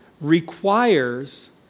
requires